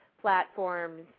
platforms